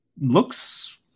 Looks